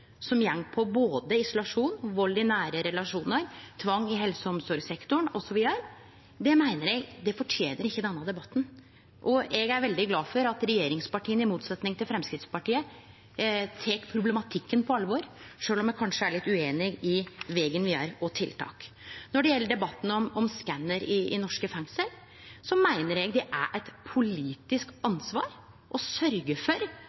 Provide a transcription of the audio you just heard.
isolasjon, vald i nære relasjonar, tvang i helse- og omsorgssektoren osv., meiner eg denne debatten ikkje fortener. Eg er veldig glad for at regjeringspartia, i motsetnad til Framstegspartiet, tek problematikken på alvor, sjølv om me kanskje er litt ueinige om vegen vidare og tiltak. Når det gjeld debatten om skannarar i norske fengsel, meiner eg det er eit politisk ansvar å sørgje for